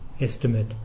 estimate